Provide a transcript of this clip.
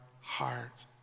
heart